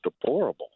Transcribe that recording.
deplorable